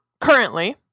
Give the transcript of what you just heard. currently